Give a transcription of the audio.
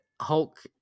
Hulk